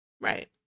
right